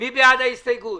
מי בעד ההסתייגות?